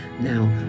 now